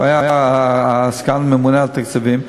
שהוא היה סגן הממונה על התקציבים,